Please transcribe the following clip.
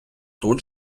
тут